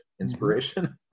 inspiration